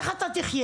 איך אתה תחיה?